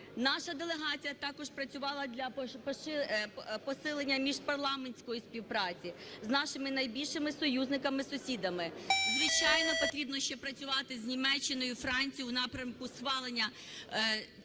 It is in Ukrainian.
Наша делегація також працювала для посилення міжпарламентської співпраці з нашими найбільшими союзниками-сусідами. Звичайно, потрібно ще працювати з Німеччиною, Францією у напрямку схвалення цими